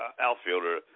outfielder